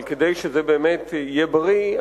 אבל כדי שזה באמת יהיה בריא,